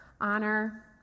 honor